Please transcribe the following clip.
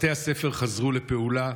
בתי הספר חזרו לפעולה,